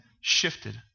shifted